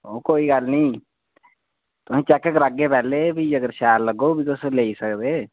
कोई गल्ल नीं तुसेंगी चैक करागे पैह्लें फही अगर शैल लग्गग फ्ही तुस लेई सकदे